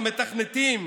המתכנתים,